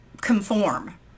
conform